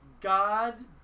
God